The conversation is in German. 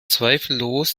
zweifellos